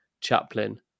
Chaplin